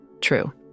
True